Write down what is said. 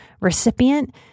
recipient